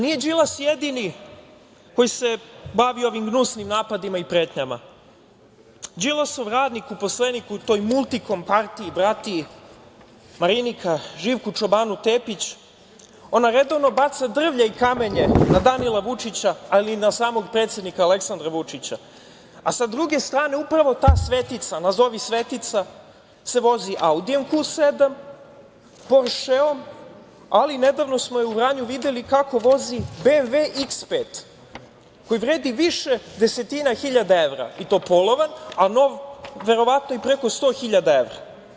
Nije Đilas jedini koji se bavi ovim gnusnim napadima i pretnjama, Đilasov radnik, uposlenik u toj „Multikom“, partiji bratiji, Marinika Živku čobanu Tepić, ona redovno baca drvlje i kamenje na Danila Vučića, ali i na samog predsednika Aleksandra Vučića, a sa druge strane, upravo ta svetica, nazovi svetica se vozi „Audijem Q7“, „Poršeom“, ali nedavno smo je u Vranju videli kako vozi „BMW X5“, koji vredi više desetina hiljada evra i to polovan, a nov verovatno i preko 100.000 evra.